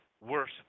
worse